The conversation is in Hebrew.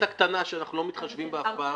הקטנה שאנחנו לא מתחשבים בה אף פעם?